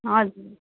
हजुर